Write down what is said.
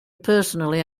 personally